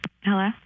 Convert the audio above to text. Hello